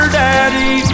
daddy